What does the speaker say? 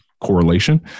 correlation